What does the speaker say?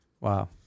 Wow